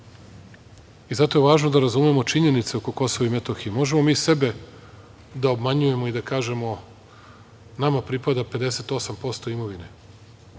Zato je važno da razumemo činjenice oko Kosova i Metohije. Možemo mi sebe da obmanjujemo i da kažemo – nama pripada 58% imovine.